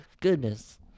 Goodness